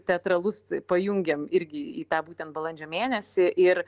teatralus pajungėm irgi į tą būtent balandžio mėnesį ir